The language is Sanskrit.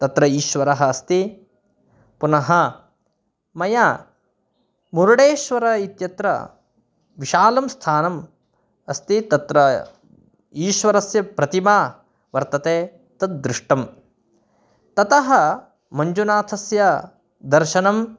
तत्र ईश्वरः अस्ति पुनः मया मुरडेश्वरः इत्यत्र विशालं स्थानम् अस्ति तत्र ईश्वरस्य प्रतिमा वर्तते तद् दृष्टा ततः मञ्जुनाथस्य दर्शनं